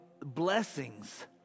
blessings